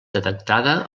detectada